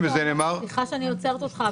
סליחה שאני עוצרת אותך,